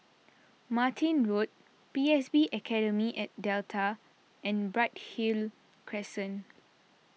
Martin Road P S B Academy at Delta and Bright Hill Crescent